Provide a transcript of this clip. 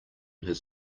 his